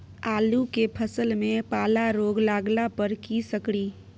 आलू के फसल मे पाला रोग लागला पर कीशकरि?